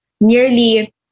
nearly